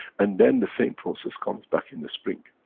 and then, the same process comes back in the spring.